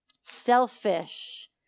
Selfish